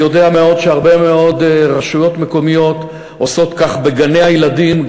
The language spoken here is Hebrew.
אני יודע שהרבה מאוד רשויות מקומיות עושות כך בגני-הילדים,